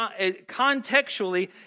contextually